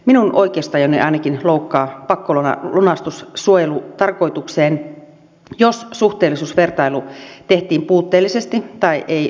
minun oikeustajuani ainakin loukkaa pakkolunastus suojelutarkoitukseen jos suhteellisuusvertailu tehtiin puutteellisesti tai ei ollenkaan